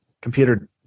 Computer